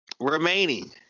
remaining